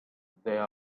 there